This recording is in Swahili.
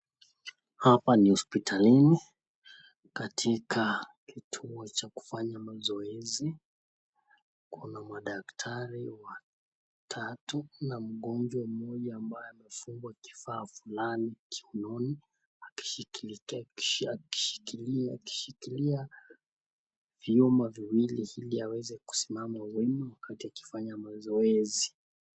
Hapa ni hosipitalini, katika kituo cha kufanya mazoezi. Kuna madaktari watatu na mgonjwa mmoja ambaye amefungwa kifaa fulani kiunoni akishikilia viuma viwili ili aweze kusimama. Mama huyu ni wakati wa kufanya mazoezi